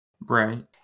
Right